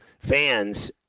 fans